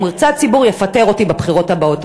אם ירצה הציבור, הוא יפטר אותי בבחירות הבאות.